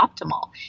optimal